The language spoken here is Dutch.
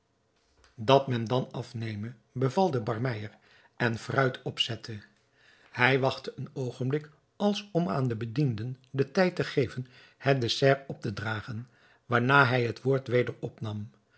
dat men dan afneme beval de barmeyer en fruit opzette hij wachtte een oogenblik als om aan de bedienden den tijd te geven het dessert op te dragen waarna hij het woord weder opnam